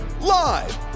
live